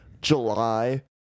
July